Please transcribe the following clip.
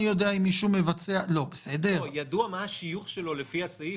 איך אני יודע אם מישהו מבצע --- ידוע מה השיוך שלו לפי הסעיף,